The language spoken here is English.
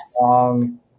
long